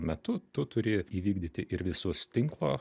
metu tu turi įvykdyti ir visus tinklo